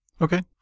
Okay